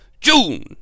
June